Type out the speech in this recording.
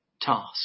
task